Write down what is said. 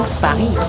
Paris